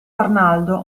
arnaldo